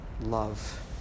love